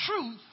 truth